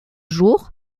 jour